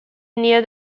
near